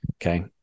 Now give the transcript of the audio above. Okay